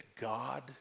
God